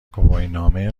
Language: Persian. گواهینامه